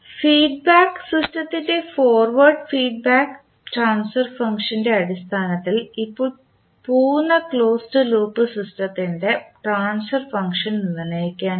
feedback സിസ്റ്റത്തിൻറെ forward feedback transfer ഫംഗ്ഷൻറെ അടിസ്ഥാനത്തിൽ ഇപ്പോൾ പൂർണ്ണ ക്ലോസ്ഡ് ലൂപ്പ് സിസ്റ്റത്തിൻറെ ട്രാൻസ്ഫർ ഫംഗ്ഷൻ നിർണ്ണയിക്കാൻ കഴിയും